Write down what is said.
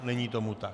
Není tomu tak.